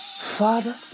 Father